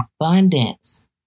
abundance